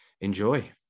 enjoy